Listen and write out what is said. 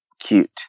cute